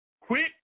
Quit